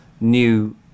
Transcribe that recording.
new